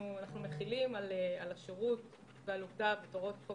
אנחנו מחילים על השירות ועל עובדיו את הוראות חוק